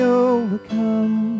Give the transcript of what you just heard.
overcome